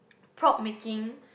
proud making